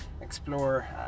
explore